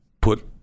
put